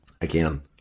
Again